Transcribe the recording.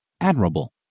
admirable